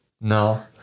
No